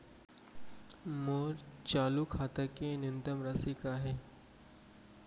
मोर चालू खाता के न्यूनतम राशि का हे?